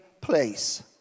place